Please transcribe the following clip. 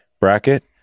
bracket